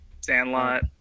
Sandlot